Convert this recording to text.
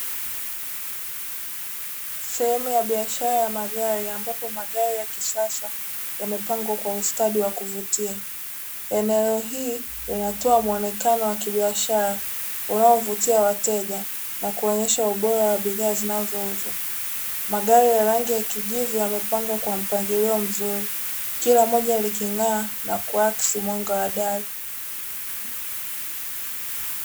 Sehemu ya biashara ya magari, ambapo magari ya kisasa yamepangwa kwa ustadi wa kuvutia. Eneo hili linatoa mwonekano wa kibiashara unaovutia wateja, na kuonyesha ubora wa bidhaa zinazouzwa. Magari ya rangi ya kijivu yamepangwa kwa mpangilio mzuri, kila moja liking'aa na kuakisi mwanga wa Dari.